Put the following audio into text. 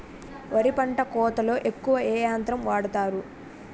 వరి పంట కోతలొ ఎక్కువ ఏ యంత్రం వాడతారు?